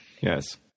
Yes